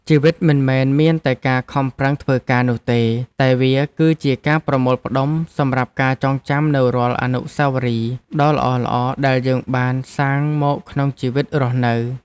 ជីវិតមិនមែនមានតែការខំប្រឹងធ្វើការនោះទេតែវាគឺជាការប្រមូលផ្ដុំសម្រាប់ការចងចាំនូវរាល់អនុស្សាវរីយ៍ដ៏ល្អៗដែលយើងបានសាងមកក្នុងជីវិតរស់នៅ។